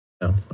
No